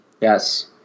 Yes